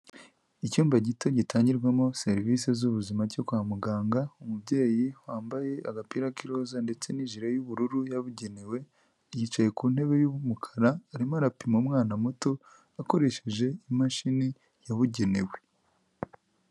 Icyumba gito gitangirwamo serivisi z'ubuzima cya kwa muganga, umubyeyi wambaye agapira k'iroza ndetse n'ijiri y'ubururu yabugenewe, yicaye ku ntebe y'umukara arimo arapima umwana muto akoresheje imashini yabugenewe.